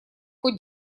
кот